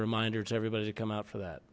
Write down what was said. reminder to everybody to come out for that